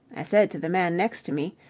i said to the man next to me,